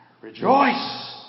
Rejoice